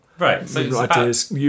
Right